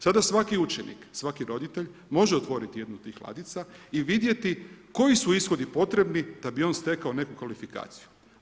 Sada svaki učenik, svaki roditelj može otvoriti jednu od tih ladica i vidjeti koji su ishodi potrebni da bi on stekao neku kvalifikaciju.